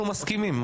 אנחנו מסכימים,